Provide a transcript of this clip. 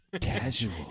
casual